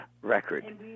record